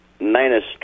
Minus